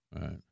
Right